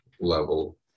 level